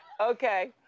Okay